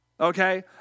okay